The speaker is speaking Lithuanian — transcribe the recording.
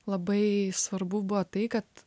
labai svarbu buvo tai kad